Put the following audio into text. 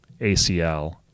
ACL